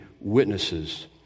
witnesses